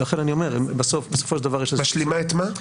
לכן אני אומר: בסופו של דבר יש --- משלימה את מה?